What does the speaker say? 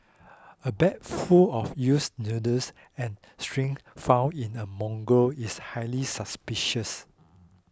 a bag full of used needles and syringes found in a mangrove is highly suspicious